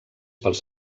pels